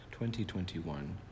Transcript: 2021